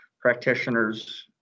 practitioner's